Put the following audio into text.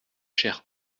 cher